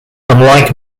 unlike